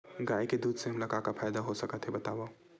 गाय के दूध से हमला का का फ़ायदा हो सकत हे बतावव?